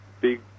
big